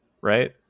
right